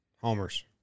Homers